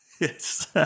Yes